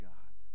God